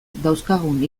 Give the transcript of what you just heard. dauzkagun